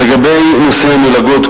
לגבי נושא המלגות,